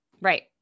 right